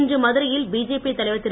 இன்று மதுரையில் பிஜேபி தலைவர் திரு